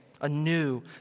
anew